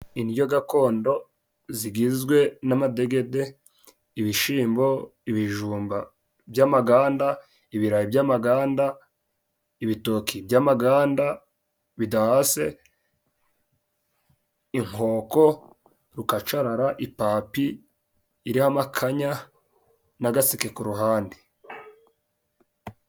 Indyo gakondo zigizwe n'amadegede, ibishimbo, ibijumba by'amaganda, ibirayi by'amaganda, ibitoki by'amaganda bidahase, inkoko, rukacarara, ipapi iriho amakanya, n'agaseke ku ruhande.